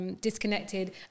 Disconnected